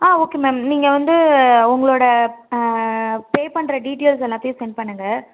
ஆ okay ma'am நீங்கள் வந்து உங்ளோட பே பண்ணுற டீட்டெயில்ஸ் எல்லாத்தையும் சென்ட் பண்ணுங்கள்